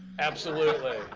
absolutely.